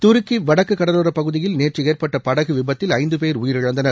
துருக்கி வடக்கு கடலோரப் பகுதியில் நேற்ற ஏற்பட்ட படகு விபத்தில் ஐந்து பேர் உயிரிழந்தனர்